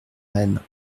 rennes